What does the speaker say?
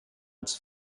its